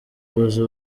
abuza